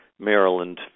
Maryland